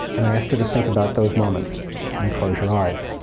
and i asked her to think about those moments and close your eyes,